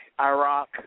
Iraq